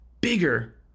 bigger